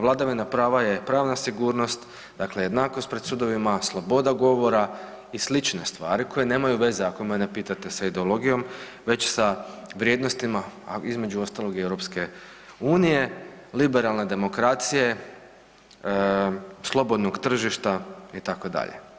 Vladavina prava je pravna sigurnost, dakle jednakost pred sudovima, sloboda govora i slične stvari, koje nemaju veze, ako mene pitate, s ideologijom, već sa vrijednostima, između ostalog i EU, liberalne demokracije, slobodnog tržišta, itd.